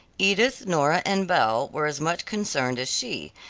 edith, nora, and belle were as much concerned as she,